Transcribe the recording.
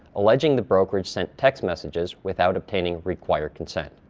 alleging the brokerage sent text messages without obtaining required consent.